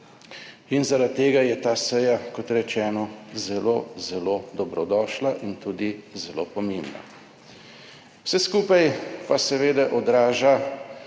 In zaradi tega je ta seja, kot rečeno, zelo zelo dobrodošla in tudi zelo pomembna. Vse skupaj pa seveda odraža,